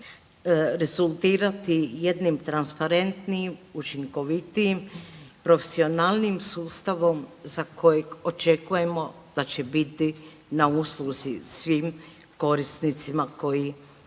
rezultirati jednim transparentnijim, učinkovitijim, profesionalnijim sustavom za kojeg očekujemo da će biti na usluzi svim korisnicima koji